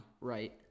Right